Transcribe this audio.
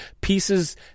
Pieces